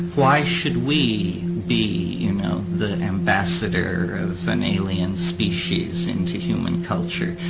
why should we be, you know, the ambassador of an alien species into human culture?